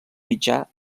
mitjà